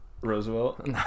Roosevelt